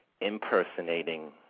impersonating